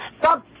stop